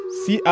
si